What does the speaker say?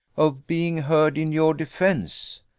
of being heard in your defence.